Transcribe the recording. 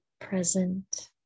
present